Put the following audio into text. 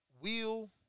wheel